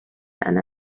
and